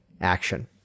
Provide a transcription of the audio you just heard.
action